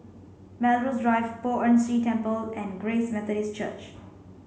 Melrose Drive Poh Ern Shih Temple and Grace Methodist Church